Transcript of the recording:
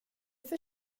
för